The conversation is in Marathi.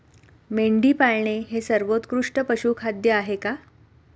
मेंढी पाळणे हे सर्वोत्कृष्ट पशुखाद्य आहे का?